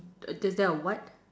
uh there's there a what